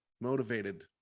motivated